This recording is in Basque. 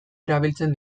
erabiltzen